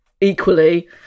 equally